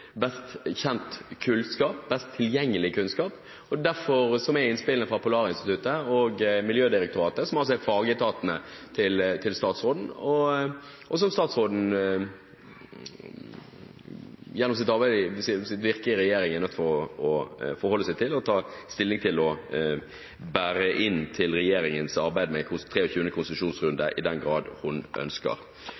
best tilgjengelig kunnskap, som er innspillene fra Polarinstituttet og Miljødirektoratet, som altså er fagetatene til statsråden – og som statsråden gjennom sitt virke i regjeringen må forholde seg til og ta stilling til og «bære inn» til regjeringens arbeid med 23. konsesjonsrunde i den grad hun ønsker.